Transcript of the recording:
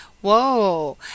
whoa